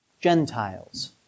Gentiles